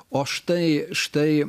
o štai štai